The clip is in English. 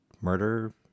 murder